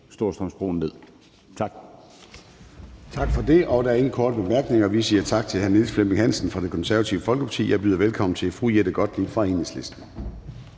(Søren Gade): Tak for det. Der er ingen korte bemærkninger. Vi siger tak til hr. Niels Flemming Hansen fra Det Konservative Folkeparti, og jeg byder velkommen til fru Jette Gottlieb fra Enhedslisten.